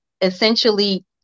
essentially